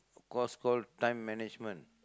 a course called time management